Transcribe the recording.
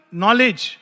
knowledge